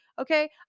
okay